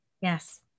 Yes